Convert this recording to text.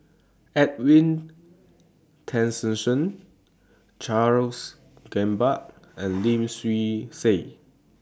Edwin Tessensohn Charles Gamba and Lim Swee Say